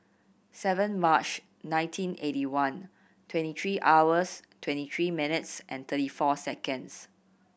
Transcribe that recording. seven March nineteen eighty one twenty three hours twenty three minutes thirty four seconds